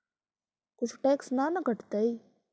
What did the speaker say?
कुछ टैक्स ना न कटतइ?